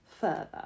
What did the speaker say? further